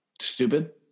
stupid